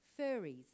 furries